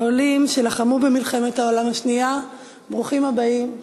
העולים, שלחמו במלחמת העולם השנייה, ברוכים הבאים,